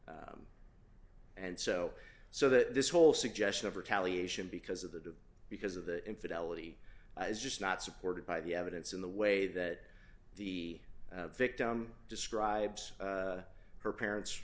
earlier and so so that this whole suggestion of retaliation because of the because of the infidelity is just not supported by the evidence in the way that the victim describes her parents